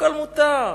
הכול מותר.